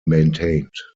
maintained